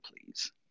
please